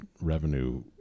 revenue